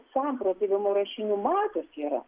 samprotavimo rašinių mados yra